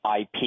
IP